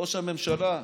ראש הממשלה,